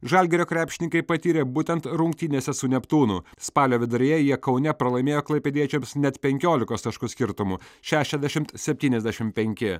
žalgirio krepšininkai patyrė būtent rungtynėse su neptūnu spalio viduryje jie kaune pralaimėjo klaipėdiečiams net penkiolikos taškų skirtumu šešiadešimt septyniasdešim penki